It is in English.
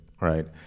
right